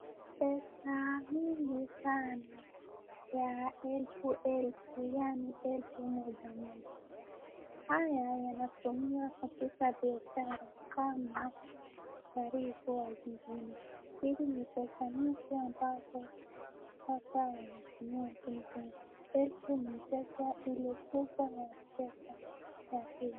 Pesa mingi sana ya elfu elfu, yani elfu moja moja, haya yanatumiwa kupiga biashara kama waliokuwa jijini, hizi ni pesa nyingi ambazo sasa wanatumia pesa, pesa ni pesa ile pesa ya M-pesa na hii.